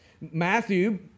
Matthew